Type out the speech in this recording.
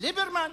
ליברמן.